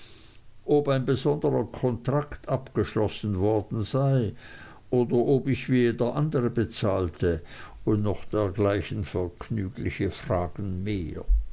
ob ein besonderer kontrakt abgeschlossen worden sei oder ob ich wie jeder andere bezahlte und noch dergleichen vergnügliche fragen mehr